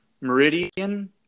meridian